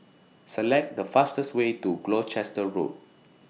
Select The fastest Way to Gloucester Road